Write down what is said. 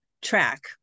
track